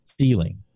ceiling